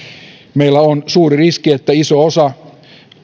meillä on suuri riski että iso osa